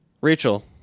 rachel